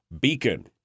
Beacon